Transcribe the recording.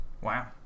Wow